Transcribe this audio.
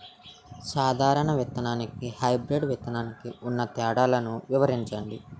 సాధారణ విత్తననికి, హైబ్రిడ్ విత్తనానికి ఉన్న తేడాలను వివరించండి?